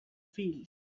fields